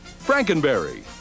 Frankenberry